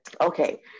Okay